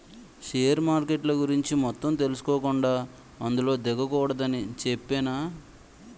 share మార్కెట్ల గురించి మొత్తం తెలుసుకోకుండా అందులో దిగకూడదని చెప్పేనా